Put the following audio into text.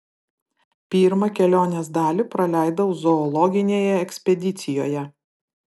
pirmą kelionės dalį praleidau zoologinėje ekspedicijoje